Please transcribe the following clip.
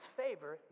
favor